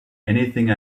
anything